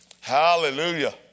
hallelujah